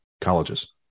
colleges